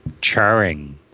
charring